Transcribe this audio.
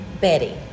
Betty